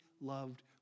loved